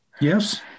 yes